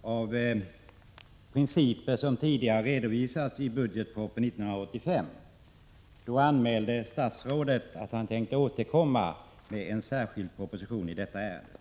som tidigare i princip har redovisats i budgetpropositionen 1985/86. Då anmälde statsrådet att han tänkte återkomma med en särskild proposition i detta ärende.